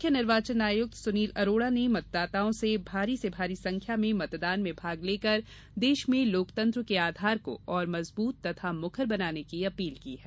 मुख्य निर्वाचन आयुक्तर सुनील अरोड़ा ने मतदाताओं से भारी से भारी संख्या में मतदान में भाग लेकर देश में लोकतंत्र के आधार को और मजबूत तथा मुखर बनाने की अपील की है